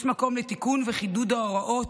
יש מקום לתיקון וחידוד ההוראות,